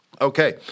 Okay